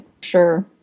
sure